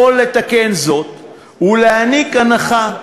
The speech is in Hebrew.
יכול לתקן זאת ולתת הנחה.